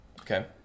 Okay